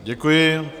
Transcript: Děkuji.